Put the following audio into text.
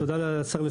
תודה לשר לשעבר.